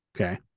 Okay